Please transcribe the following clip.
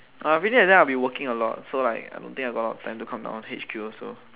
uh between exam I'll be working a lot so like I don't think I got a lot of time to come down H_Q also